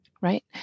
right